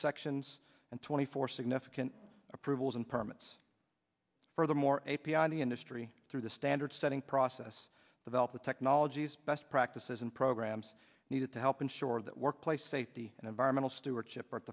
sections and twenty four significant approvals and permits furthermore a p i in the industry through the standards setting process develop the technologies best practices and programs needed to help ensure that workplace safety and environmental stewar